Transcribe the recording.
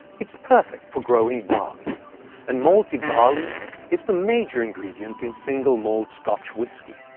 it's perfect for growing barley and malted barley is the major ingredient in single malt scotch whiskey.